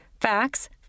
facts